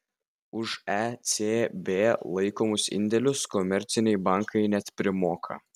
už ecb laikomus indėlius komerciniai bankai net primoka